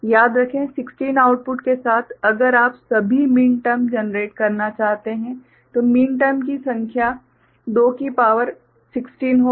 याद रखें 16 इनपुट्स के साथ अगर आप सभी मीन टर्म जनरेट करना चाहते हैं तो मीन टर्म की संख्या 2 की पावर 16 होगी